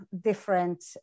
different